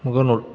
முகநூல்